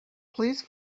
please